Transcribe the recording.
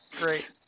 Great